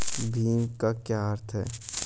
भीम का क्या अर्थ है?